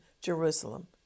Jerusalem